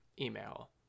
email